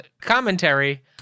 commentary